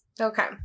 Okay